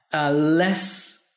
less